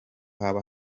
haba